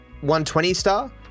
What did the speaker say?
120-star